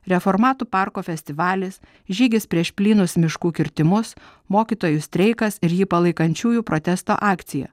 reformatų parko festivalis žygis prieš plynus miškų kirtimus mokytojų streikas ir jį palaikančiųjų protesto akcija